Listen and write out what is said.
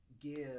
give